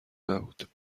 نبود